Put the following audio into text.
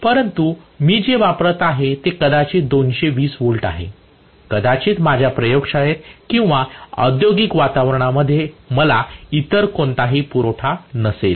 परंतु मी जे वापरत आहे ते कदाचित 220 व्होल्ट आहे कदाचित माझ्या प्रयोगशाळेत किंवा औद्योगिक वातावरणा मध्ये मला इतर कोणताही पुरवठा नसेल